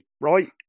right